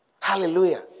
Hallelujah